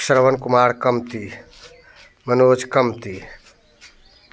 श्रवण कुमार कमती मनोज कमती